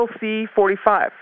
C-45